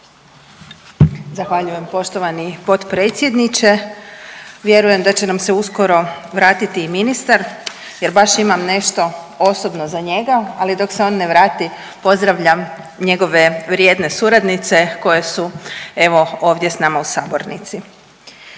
Zahvaljujem poštovani potpredsjedniče. Vjerujem da će nam se uskoro vratiti i ministar jer baš imam nešto osobno za njega, ali dok se on ne vrati pozdravljam njegove vjerne suradnice koje su evo ovdje s nama u sabornici.